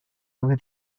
over